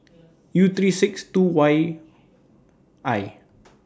U three six two Y I